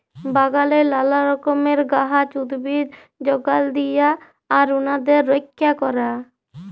বাগালে লালা রকমের গাহাচ, উদ্ভিদ যগাল দিয়া আর উনাদের রইক্ষা ক্যরা